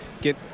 get